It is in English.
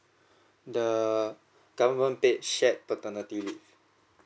the government paid shared paternity leave